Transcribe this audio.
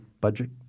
budget